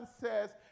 says